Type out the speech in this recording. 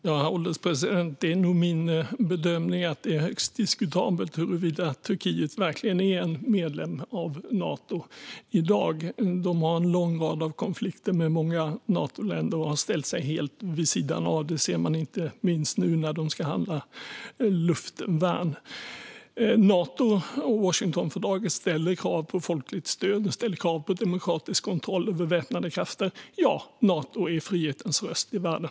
Herr ålderspresident! Det är min bedömning att det är högst diskutabelt huruvida Turkiet verkligen är medlem i Nato i dag. De har en lång rad av konflikter med många Natoländer och har ställt sig helt vid sidan av. Det ser man inte minst nu när de ska handla luftvärn. Nato och Washingtonfördraget ställer krav på folkligt stöd och demokratisk kontroll över väpnade krafter. Ja, Nato är frihetens röst i världen.